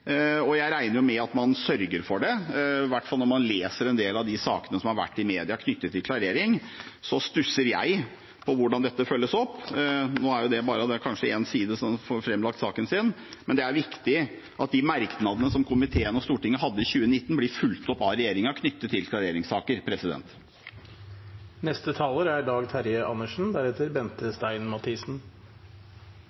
og jeg regner med at man sørger for det. Når man leser en del av de sakene som har vært i media knyttet til klarering, stusser jeg på hvordan dette følges opp. Nå er det kanskje fordi bare én side får lagt fram saken sin, men det er viktig at de merknadene som komiteen og Stortinget hadde i 2019, blir fulgt opp av regjeringen knyttet til klareringssaker. Nok en gang gir jeg min fulle tilslutning til saksordførerens gjennomgang og størstedelen av en rapport som det er